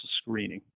screening